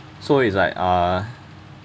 so it's like uh